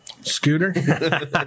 Scooter